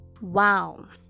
wow